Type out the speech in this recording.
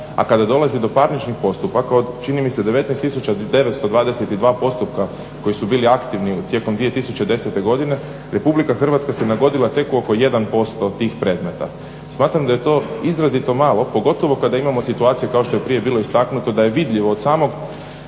a kada dolazi do parničnih postupaka od čini mi se 19922 postupka koji su bili aktivni tijekom 2010. godine Republika Hrvatska se nagodila tek u oko 1% tih predmeta. Smatram da je to izrazito malo, pogotovo kada imamo situacije kao što je prije bilo istaknuto da je vidljivo od samog